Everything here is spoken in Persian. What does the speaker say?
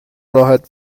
راحت